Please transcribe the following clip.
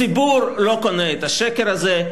הציבור לא קונה את השקר הזה,